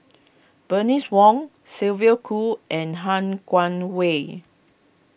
Bernice Wong Sylvia Kho and Han Guangwei